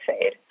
fade